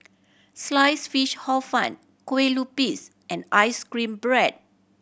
slice fish Hor Fun Kueh Lupis and ice cream bread